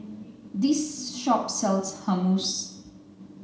this shop sells Hummus